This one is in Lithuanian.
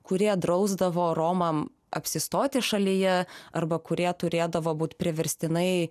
kurie drausdavo romam apsistoti šalyje arba kurie turėdavo būt priverstinai